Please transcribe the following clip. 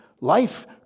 life